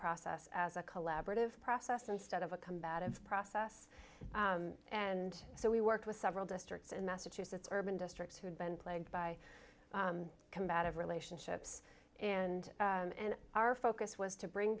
process as a collaborative process instead of a combative process and so we worked with several districts in massachusetts urban districts who'd been plagued by combative relationships and and our focus was to bring